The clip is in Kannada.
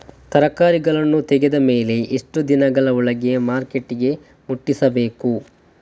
ತರಕಾರಿಗಳನ್ನು ತೆಗೆದ ಮೇಲೆ ಎಷ್ಟು ದಿನಗಳ ಒಳಗೆ ಮಾರ್ಕೆಟಿಗೆ ಮುಟ್ಟಿಸಬೇಕು?